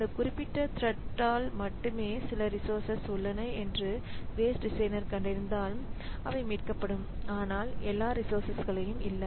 இந்த குறிப்பிட்ட த்ரெட்ல் மட்டுமே சில ரிசோர்சஸ் உள்ளன என்று வேஸ்ட டிசைனர் கண்டறிந்தால் அவை மீட்கப்படும் ஆனால் எல்லா ரிசோர்சஸ்ம் இல்லை